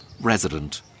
resident